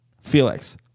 Felix